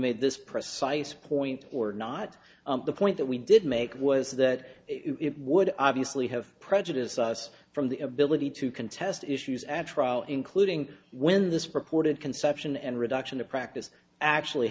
made this precise point or not the point that we did make was that it would obviously have prejudiced us from the ability to contest issues at trial including when this purported conception and reduction of practice actually